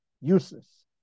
useless